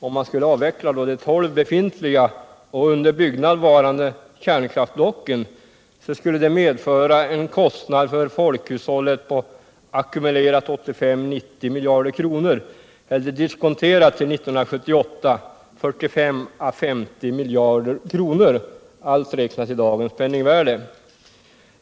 Om man skulle avveckla de 12 befintliga och under byggnad varande kärnkraftsblocken skulle det medföra en kostnad för folkhushållet på ackumulerat 85 å 90 miljarder kronor, eller 45 å 50 miljarder kronor diskonterat till 1978, allt räknat i dagens penningvärde.